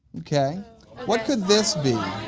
okay what could this be?